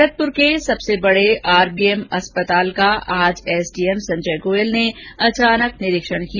भरतपुर के सबसे बडे आरबीएम अस्पताल का एसडीएम संजय गोयल ने औचक निरीक्षण किया